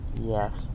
Yes